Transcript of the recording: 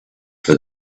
for